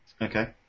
Okay